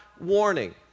warning